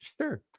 Sure